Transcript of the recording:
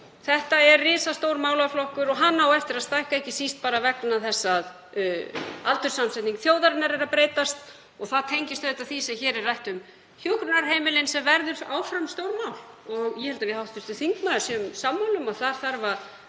þetta er risastór málaflokkur og hann á eftir að stækka, ekki síst vegna þess að aldurssamsetning þjóðarinnar er að breytast. Og það tengist auðvitað því sem hér er rætt um hjúkrunarheimilin, sem verður áfram stórmál. Ég held að við hv. þingmaður séum sammála um að þar þarf